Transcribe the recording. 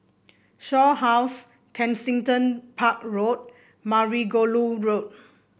Shaw House Kensington Park Road Margoliouth Road